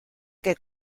que